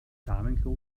damenklo